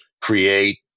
create